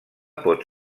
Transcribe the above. pot